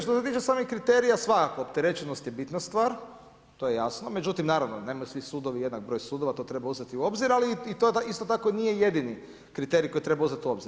Što se tiče samih kriterija, svakako opterećenost je bitna stvar, to je jasno, međutim naravno nemaju svi sudovi jednak broj sudova to treba uzeti u obzir, ali to isto tako nije jedini kriterij koji treba uzeti u obzir.